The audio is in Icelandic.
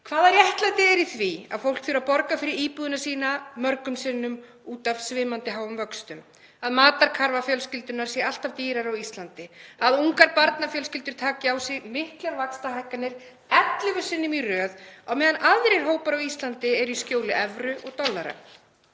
Hvaða réttlæti er í því að fólk þurfi að borga fyrir íbúðina sína mörgum sinnum út af svimandi háum vöxtum, að matarkarfa fjölskyldunnar sé alltaf dýrari á Íslandi, að ungar barnafjölskyldur taki á sig miklar vaxtahækkanir ellefu sinnum í röð á meðan aðrir hópar á Íslandi eru í skjóli evru og dollara?